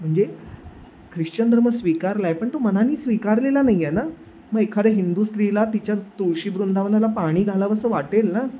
म्हणजे ख्रिश्चन धर्म स्वीकारला आहे पण तो मनाने स्वीकारलेला नाही आहे ना मग एखाद्या हिंदू स्त्रीला तिच्या तुळशी वृंदावनाला पाणी घालावसं वाटेल ना